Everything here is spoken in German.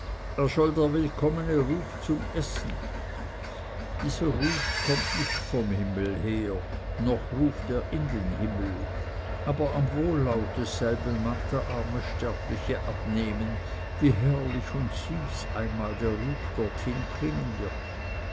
der willkommene ruf zum essen dieser ruf kommt nicht vom himmel her noch ruft er in den himmel aber am wohllaut desselben mag der arme sterbliche abnehmen wie herrlich und süß einmal der ruf dorthin klingen wird